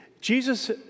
Jesus